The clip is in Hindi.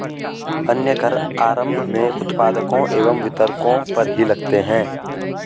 अन्य कर आरम्भ में उत्पादकों एवं वितरकों पर ही लगते हैं